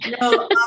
No